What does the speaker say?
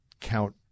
count